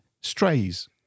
Strays